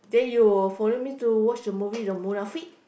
then you follow me to watch the movie with the